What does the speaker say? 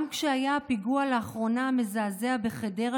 גם כשהיה לאחרונה הפיגוע המזעזע בחדרה,